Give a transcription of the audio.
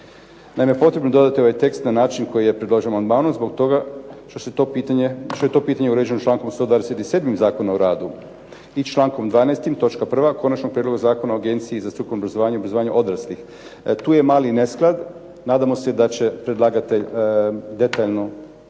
Naime, potrebno je dodati ovaj tekst na način koji je predložen amandmanom zbog toga što je to pitanje uređeno člankom 127. Zakona o radu i člankom 12. točka prva Konačnog prijedloga zakona o Agenciji za strukovnog obrazovanje i obrazovanje odraslih. Tu je mali nesklad. Nadamo se da će predlagatelj detaljno